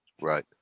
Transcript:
Right